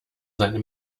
seine